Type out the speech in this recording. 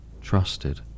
trusted